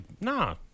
nah